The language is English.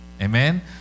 Amen